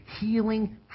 healing